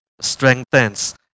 strengthens